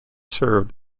served